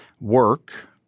Work